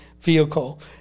vehicle